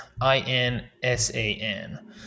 I-N-S-A-N